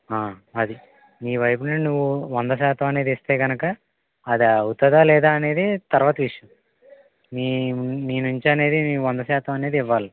అది నీ వైపున నువ్వు వంద శాతం అనేది ఇస్తే గనుక అదవుతుందా లేదా అనేది తర్వాత ఇష్యు నీ నుం నీ నుంచనేది మేము వంద శాతమనేది ఇవ్వాలి